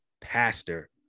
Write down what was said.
pastor